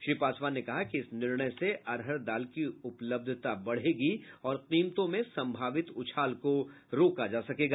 श्री पासवान ने कहा कि इस निर्णय से अरहर दाल की उपलब्धता बढ़ेगी और कीमतों में संभावित उछाल को रोका जा सकेगा